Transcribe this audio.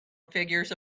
figures